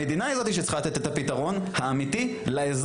המדינה היא זאת שצריכה לתת את הפתרון האמיתי לאזרח,